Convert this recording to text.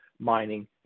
mining